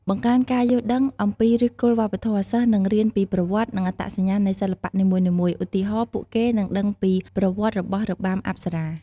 បង្កើនការយល់ដឹងអំពីឫសគល់វប្បធម៌ សិស្សនឹងរៀនពីប្រវត្តិ និងអត្ថន័យនៃសិល្បៈនីមួយៗឧទាហរណ៍ ពួកគេនឹងដឹងពីប្រវត្តិរបស់របាំអប្សរា។